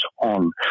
on